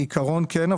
כעיקרון כן.